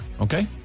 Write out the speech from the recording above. okay